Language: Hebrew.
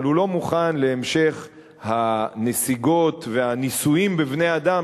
אבל הוא לא מוכן להמשך הנסיגות והניסויים בבני-אדם